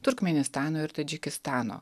turkmėnistano ir tadžikistano